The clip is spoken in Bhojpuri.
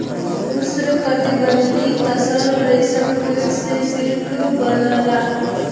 उष्णकटिबंधीय तसर रेशम कीट से सिल्क बनला